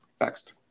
Next